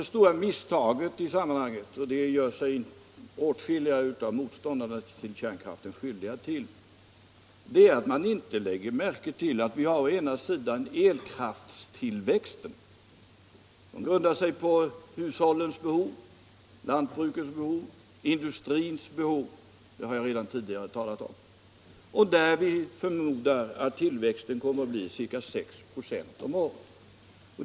Det stora misstaget i sammanhanget, vilket åtskilliga av kärnkraftens motståndare gör sig skyldiga till, är att man inte lägger märke till att vi har elkraftstillväxten, som grundar sig på hushållens behov, lantbrukens och industrins behov — det har jag redan tidigare talat om — och där vi förmodar att tillväxten blir ca 6 96 om året.